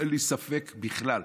אין לי ספק בכלל.